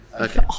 Okay